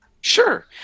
Sure